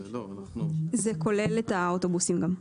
זה כולל גם את האוטובוסים.